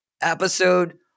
Episode